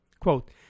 quote